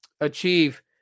achieve